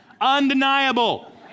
Undeniable